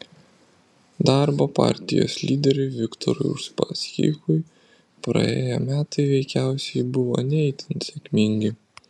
darbo partijos lyderiui viktorui uspaskichui praėję metai veikiausiai buvo ne itin sėkmingi